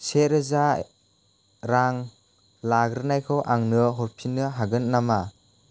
से रोजा रां लाग्रोनायखौ आंनो हरफिननो हागोन नामा